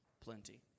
plenty